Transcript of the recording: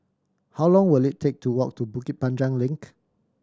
how long will it take to walk to Bukit Panjang Link